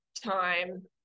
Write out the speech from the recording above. time